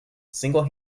single